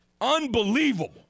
Unbelievable